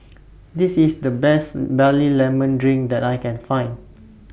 This IS The Best Barley Lemon Drink that I Can Find